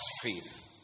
faith